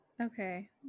Okay